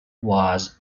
was